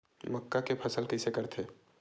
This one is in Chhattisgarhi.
मक्का के फसल कइसे करथे?